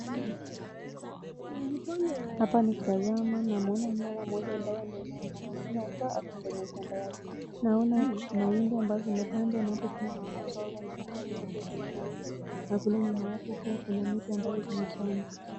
Hapa nikitazama naona mmama amabaye ameinama. Inakaa ako ndani ya shamba yake. Naonoa mahindi ambazo zimepandwa na hapo chini naona mboga na kule nyuma pia kuna mahinidi na kule nyuma yake pia kuna miti ambazo zimepandwa.